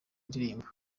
ndirimbo